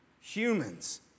humans